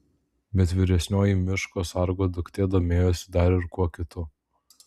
bet vyresnioji miško sargo duktė domėjosi dar ir kuo kitu